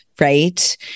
Right